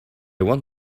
want